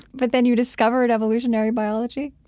but then you discovered evolutionary biology?